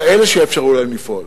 כאלה שיאפשרו להם לפעול.